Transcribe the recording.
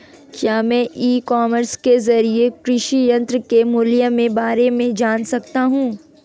क्या मैं e commerce के ज़रिए कृषि यंत्र के मूल्य में बारे में जान सकता हूँ?